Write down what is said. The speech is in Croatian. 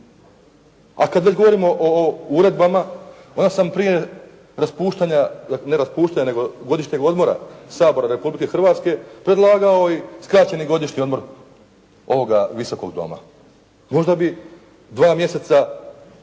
A kada već govorimo o uredbama onda sam prije raspuštanja, ne raspuštanja nego godišnjeg odmora Sabora Republike Hrvatske predlagao i skraćeni godišnji odmor ovoga visokog doma. Možda bi dva mjeseca